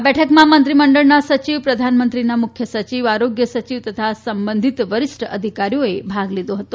આ બેઠકમાં મંત્રીમંડળના સચિવ પ્રધાનમંત્રીના મુખ્ય સચિવ આરોગ્ય સચિવ તથા સંબંધિત વરિષ્ઠ અધિકારીઓએ ભાગ લીધો હતો